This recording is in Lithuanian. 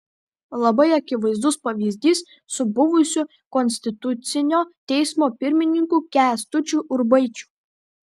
labai akivaizdus pavyzdys su buvusiu konstitucinio teismo pirmininku kęstučiu urbaičiu